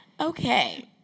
Okay